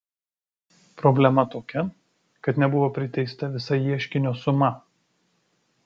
problema tokia kad nebuvo priteista visa ieškinio suma